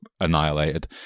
annihilated